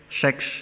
sex